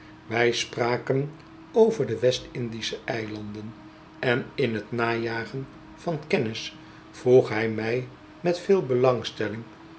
wij spraken over de westindische eilanden en in t najagen van kennis vroeg hij mij met veel belangstelling